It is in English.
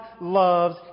loves